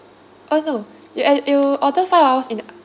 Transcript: oh no yo~ a~ you order four hours in